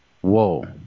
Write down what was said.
whoa